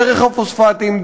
דרך הפוספטים,